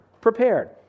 prepared